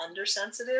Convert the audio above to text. undersensitive